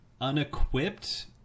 unequipped